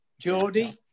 Geordie